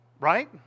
Right